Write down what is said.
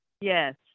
Yes